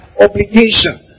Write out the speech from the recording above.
obligation